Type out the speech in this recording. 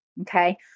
okay